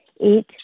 Eight